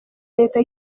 leta